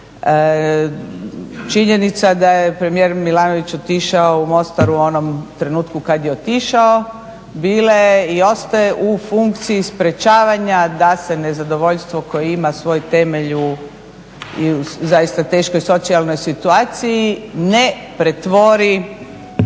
Činjenica da je premijer Milanović otišao u Mostar u onom trenutku kad je otišao bile i ostaje u funkciji sprečavanja da se nezadovoljstvo koje ima svoj temelj zaista i u teškoj socijalnoj situaciji ne pretvori